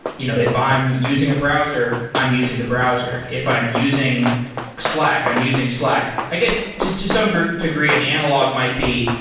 you know if i'm using a browser, i'm using the browser. if i'm using slack, i'm using slack. i guess to to some degree, an analog might be,